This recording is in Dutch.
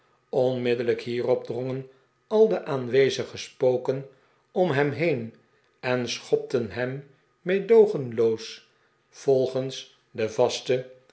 onmiddellijk hierop drongen al de aanwezige spoken om hem heen en schopten hem meedoogenloos volgens de vaste